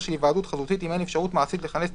של היוועדות חזותית אם אין אפשרות מעשית לכנס את